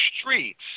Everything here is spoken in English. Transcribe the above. streets